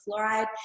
fluoride